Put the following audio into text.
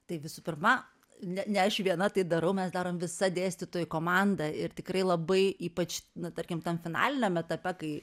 tai visų pirma ne ne aš viena tai darau mes darom visa dėstytojų komanda ir tikrai labai ypač na tarkim tam finaliniame etape kai